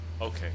Okay